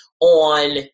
on